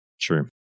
True